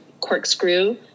corkscrew